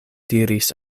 diris